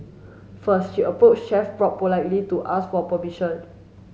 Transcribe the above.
first she approached Chef Bob politely to ask for permission